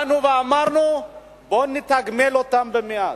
באנו ואמרנו: בואו נתגמל אותם מעט.